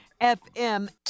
FM